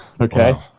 okay